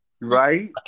Right